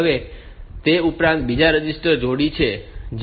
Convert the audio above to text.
હવે તે ઉપરાંત બીજી રજીસ્ટર જોડી છે જેને PSW કહેવાય છે